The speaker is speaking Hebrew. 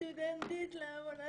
בתור סטודנטית לעבודה